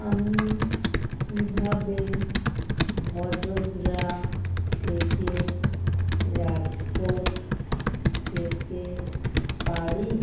আমি কিভাবে ভদোদরা থেকে রাজকোট যেতে পারি